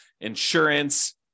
insurance